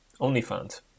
OnlyFans